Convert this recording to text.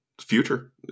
future